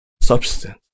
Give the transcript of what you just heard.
substance